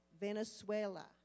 Venezuela